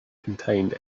contained